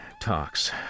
talks